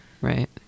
right